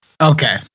Okay